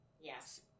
Yes